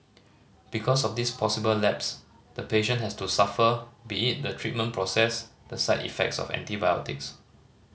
because of this possible lapse the patient has to suffer be it the treatment process the side effects of antibiotics